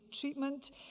treatment